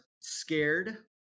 scared